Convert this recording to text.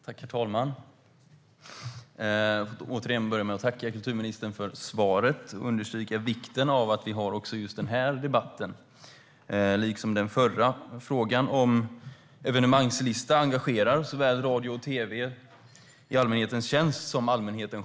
Herr talman! Jag vill återigen börja med att tacka kulturministern för svaret och understryka vikten av att vi har den här debatten - liksom den förra.Frågan om evenemangslista engagerar såväl radio och tv i allmänhetens tjänst som själva allmänheten.